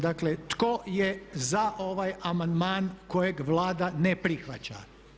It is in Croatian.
Dakle tko je za ovaj amandman kojeg Vlada ne prihvaća?